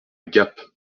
gap